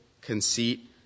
conceit